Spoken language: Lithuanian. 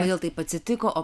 kodėl taip atsitiko o